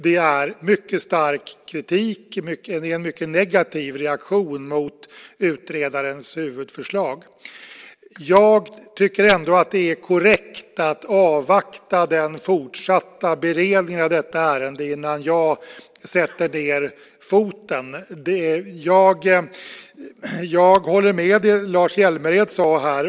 Det är mycket stark kritik, en mycket negativ reaktion mot utredarens huvudförslag. Jag tycker ändå att det är korrekt att avvakta den fortsatta beredningen av detta ärende innan jag sätter ned foten. Jag håller med om det Lars Hjälmered sade här.